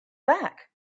back